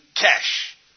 cash